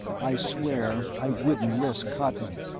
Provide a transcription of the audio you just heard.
i swear i wouldn't risk cottman.